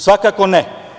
Svakako ne.